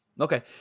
Okay